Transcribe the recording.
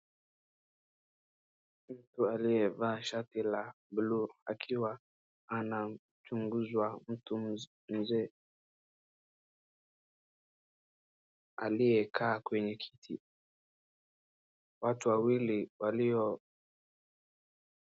Mtu aliyeva shati la bluu akiwa anamchunguzwa mtu mzee akiyekaa kwenye kiti. Watu wawili walio